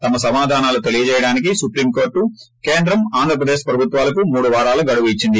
తమ సమాధానాలు తెలియచేయడానికి సుప్రీంకోర్లు కేంద్రం ఆంధ్రప్రదేశ్ ప్రభుత్వాలకు మూడు వారాల గడువు ఇచ్చింది